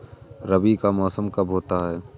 रबी का मौसम कब होता हैं?